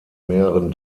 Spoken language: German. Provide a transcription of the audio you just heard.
mehreren